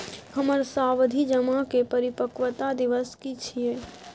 हमर सावधि जमा के परिपक्वता दिवस की छियै?